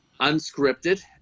unscripted